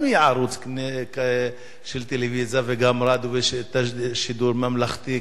שגם היא ערוץ של טלוויזיה וגם רדיו ושידור ממלכתי,